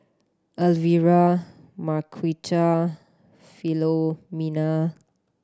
Elvera Marquita Philomena